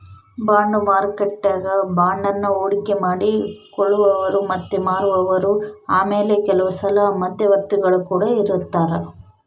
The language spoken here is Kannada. ಬಾಂಡು ಮಾರುಕಟ್ಟೆಗ ಬಾಂಡನ್ನ ಹೂಡಿಕೆ ಮಾಡಿ ಕೊಳ್ಳುವವರು ಮತ್ತೆ ಮಾರುವವರು ಆಮೇಲೆ ಕೆಲವುಸಲ ಮಧ್ಯವರ್ತಿಗುಳು ಕೊಡ ಇರರ್ತರಾ